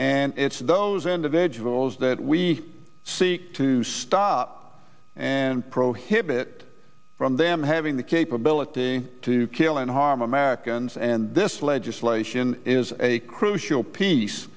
and it's those individuals that we seek to stop and prohibit from them having the capability to kill and harm americans and this legislation is a crucial piece